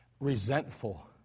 resentful